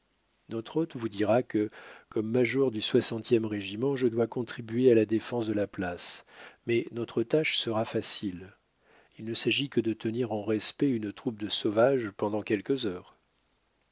notre hôte vous dira que comme major du soixantième régiment je dois contribuer à la défense de la place mais notre tâche sera facile il ne s'agit que de tenir en respect une troupe de sauvages pendant quelques heures